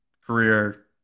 career